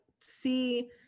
see